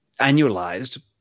annualized